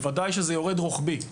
בוודאי שזה יורד רוחבית.